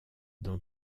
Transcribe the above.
dans